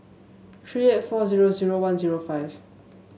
three eight four zero zero one zero five